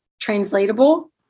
translatable